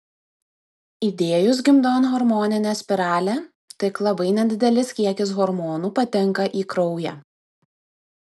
įdėjus gimdon hormoninę spiralę tik labai nedidelis kiekis hormonų patenka į kraują